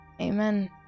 Amen